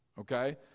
Okay